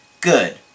good